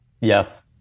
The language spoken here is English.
Yes